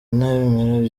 ntibemera